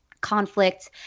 conflict